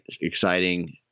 exciting